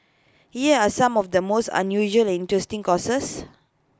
here are some of the mouth unusual and interesting courses